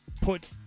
put